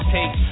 Take